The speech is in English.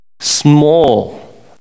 Small